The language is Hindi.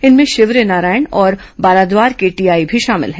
इनमें शिवरीनारायण और बाराद्वार के टीआई भी शामिल हैं